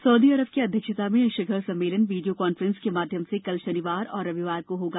Saudi Arab की अध्यक्षता में यह शिखर सम्मेलन वीडियो कांफ्रेंस के माध्यम से कल शनिवार और रविवार को होगा